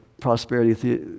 prosperity